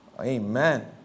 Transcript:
Amen